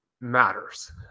matters